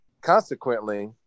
Consequently